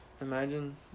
imagine